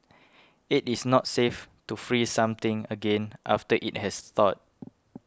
it is not safe to freeze something again after it has thawed